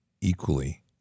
equally